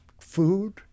food